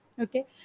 okay